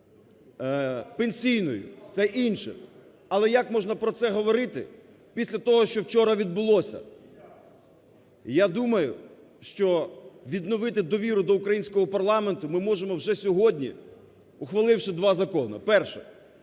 пенсійної та інших, але як можна про це говорити після того, що вчора відбулося? Я думаю, що відновити довіру до українського парламенту ми можемо вже сьогодні, ухваливши два закони. Перше.